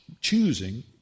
choosing